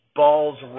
balls